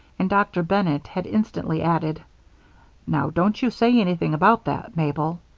and dr. bennett had instantly added now, don't you say anything about that, mabel.